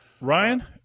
Ryan